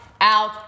out